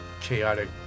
chaotic